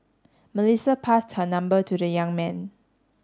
Melissa passed her number to the young man